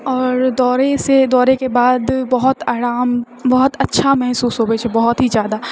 आओर दौड़ै से दौड़ैके बाद बहुत अराम बहुत अच्छा महसूस होबे छै बहुत ही जादा